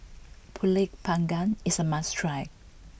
Pulut Panggang is a must try